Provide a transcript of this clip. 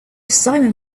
simum